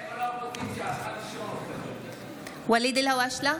(קוראת בשם חבר הכנסת( ואליד אלהואשלה,